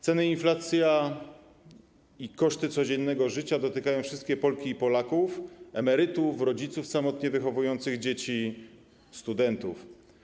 Ceny, inflacja i koszty codziennego życia dotykają wszystkie Polki i Polaków, emerytów, rodziców samotnie wychowujących dzieci, studentów.